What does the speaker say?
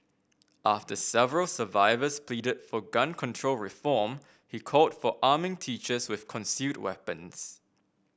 after several survivors pleaded for gun control reform he called for arming teachers with concealed weapons